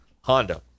Honda